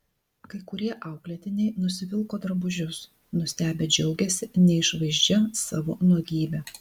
kai kurie auklėtiniai nusivilko drabužius nustebę džiaugėsi neišvaizdžia savo nuogybe